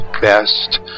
best